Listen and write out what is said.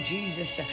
Jesus